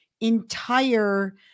entire